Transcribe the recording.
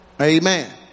amen